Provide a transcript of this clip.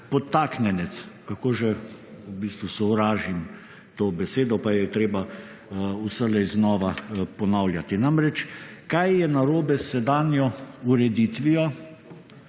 podtaknjenec, kako že v bistvu sovražim to besedo, pa jo je treba vselej znova ponavljati. Namreč, kaj je narobe s sedanjo ureditvijo,